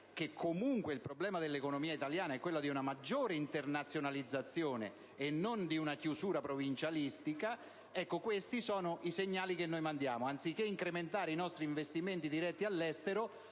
che comunque il problema dell'economia italiana è quello di una maggiore internazionalizzazione e non di una chiusura provincialistica, ma questi sono i segnali che noi mandiamo: anziché incrementare i nostri investimenti diretti all'estero,